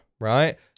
right